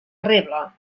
reble